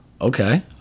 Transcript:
Okay